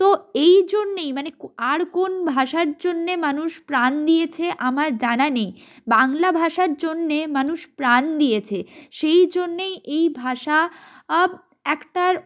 তো এই জন্যেই মানে আর কোন ভাষার জন্যে মানুষ প্রাণ দিয়েছে আমার জানা নেই বাংলা ভাষার জন্যে মানুষ প্রাণ দিয়েছে সেই জন্যেই এই ভাষা একটার